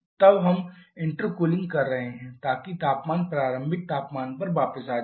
तब हम इंटरकूलिंग कर रहे हैं ताकि तापमान प्रारंभिक तापमान पर वापस आ जाए